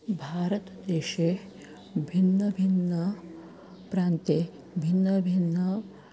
भारतदेशे भिन्नभिन्ने प्रान्ते भिन्नभिन्नं